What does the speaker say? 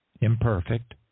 imperfect